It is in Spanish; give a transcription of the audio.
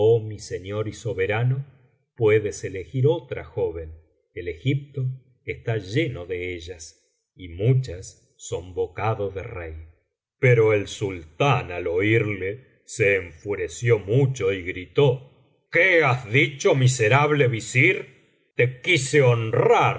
mi señor y soberano puedes elegir otra joven el egipto está lleno de ellas y muchas son bocado de rey pero el sultán al oirle se enfureció mucho y gritó qué has dicho miserable visir te quise